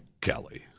Kelly